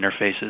interfaces